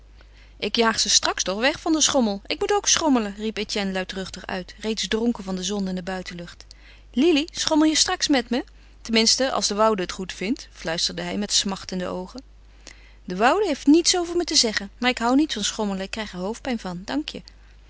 ik jaag ze toch straks weg van den schommel ik moet ook schommelen riep etienne luidruchtig uit reeds dronken van den zon en de buitenlucht lili schommel je straks met me ten minste als de woude het goed vindt fluisterde hij met smachtende oogen de woude heeft niets over me te zeggen maar ik hou niet van schommelen ik krijg er hoofdpijn van dank je